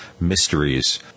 mysteries